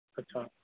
अच्छा